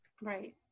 Right